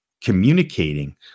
communicating